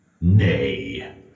Nay